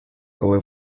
коли